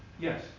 Yes